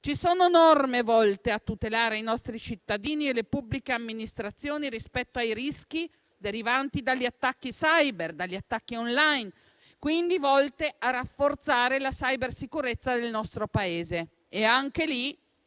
Ci sono norme volte a tutelare i nostri cittadini e le pubbliche amministrazioni rispetto ai rischi derivanti dagli attacchi *cyber* e *online*, volte a rafforzare la cybersicurezza nel nostro Paese. Anche in